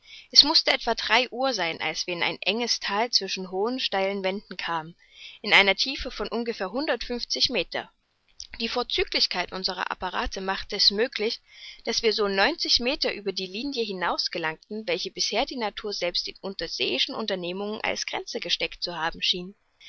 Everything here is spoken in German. es mußte etwa drei uhr sein als wir in ein enges thal zwischen hohen steilen wänden kamen in einer tiefe von ungefähr hundertundfünfzig meter die vorzüglichkeit unserer apparate machte es möglich daß wir so neunzig meter über die linie hinaus gelangten welche bisher die natur selbst den unterseeischen unternehmungen als grenze gesteckt zu haben schien